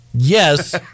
Yes